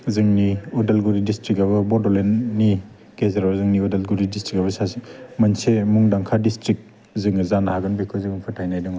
जोंनि उदालगुरि डिस्ट्रिक्टआबो बड'लेण्डनि गेजेराव जोंनि उदालगुरि डिस्ट्रिक्टआबो मोनसे मुदांखा डिस्ट्रिक्ट जोङो जानो हागोन बेखौ जों फोथायनाय दङ